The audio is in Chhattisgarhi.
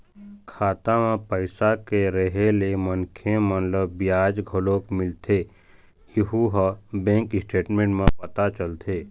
खाता म पइसा के रेहे ले मनखे मन ल बियाज घलोक मिलथे यहूँ ह बैंक स्टेटमेंट म पता चलथे